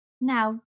now